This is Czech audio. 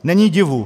Není divu.